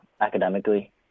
academically